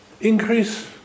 increase